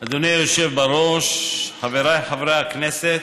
בראש, חבריי חברי הכנסת,